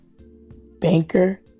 banker